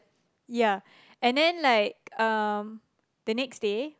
ya and then like um the next day